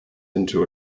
into